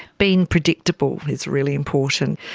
being predictable is really important.